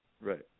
Right